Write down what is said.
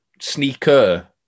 sneaker